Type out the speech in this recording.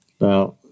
Now